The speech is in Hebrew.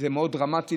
זה מאוד דרמטי,